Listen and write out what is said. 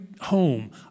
home